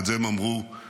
את זה הם אמרו בפולין,